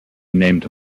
named